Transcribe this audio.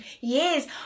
yes